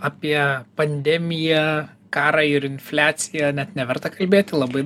apie pandemiją karą ir infliaciją ne neverta kalbėti labai